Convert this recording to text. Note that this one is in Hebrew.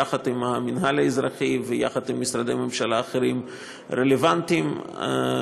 יחד עם המינהל האזרחי ויחד עם משרדי ממשלה רלוונטיים אחרים.